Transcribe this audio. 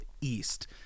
east